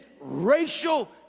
racial